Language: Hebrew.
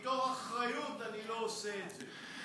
מתוך אחריות אני לא עושה את זה,